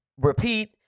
repeat